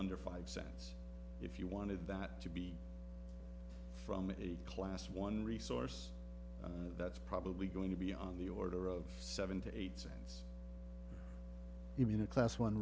under five cents if you wanted that to be from a class one resource that's probably going to be on the order of seventy eight cents in a class one